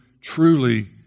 truly